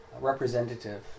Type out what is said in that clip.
representative